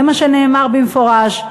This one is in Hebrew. זה מה שנאמר, במפורש.